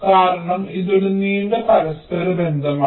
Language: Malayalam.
കാരണം ഇത് ഒരു നീണ്ട പരസ്പരബന്ധമാണ്